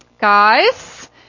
Guys